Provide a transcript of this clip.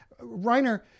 Reiner